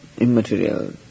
immaterial